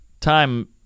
time